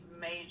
major